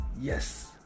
Yes